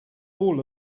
all